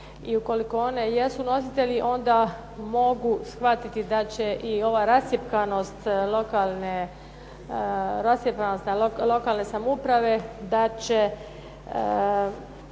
I ukoliko one jesu nositelji, onda mogu shvatiti da će i ova rascjepkanost lokalne samouprave, da će